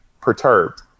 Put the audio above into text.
perturbed